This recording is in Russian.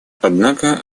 однако